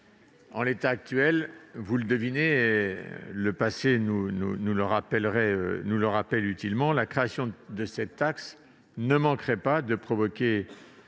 En l'état actuel des choses- le passé nous le rappellerait utilement -, la création de cette taxe ne manquerait pas de provoquer